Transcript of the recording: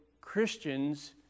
Christians